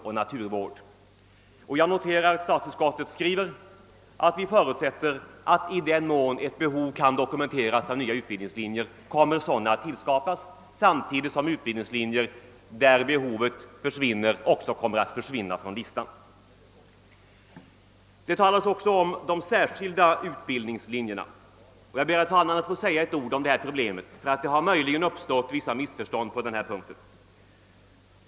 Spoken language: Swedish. Jag noterar att statsutskottet skriver att man förutsätter att i den mån ett behov av nya utbildningslinjer kan dokumenteras sådana kommer att skapas samtidigt med att utbildningslinjer som det inte längre finns något behov av kommer att försvinna. Jag ber, herr talman, att få säga några ord om de särskilda utbildningslinjerna. På denna punkt har det uppstått vissa missförstånd.